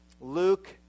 Luke